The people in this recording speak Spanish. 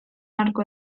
arco